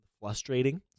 frustrating